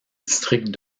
district